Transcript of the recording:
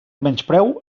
menyspreu